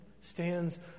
stands